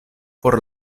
por